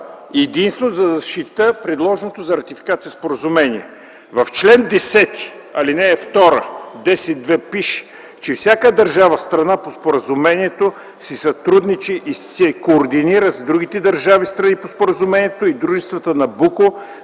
единствено, за да защитя предложеното за ратификация споразумение. В чл. 10, ал. 2 пише, че всяка държава – страна по споразумението, си сътрудничи и се координира с другите държави – страни по споразумението, и с Дружеството „Набуко”